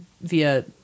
via